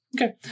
Okay